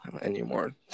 anymore